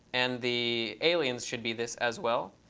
and the aliens should be this as well.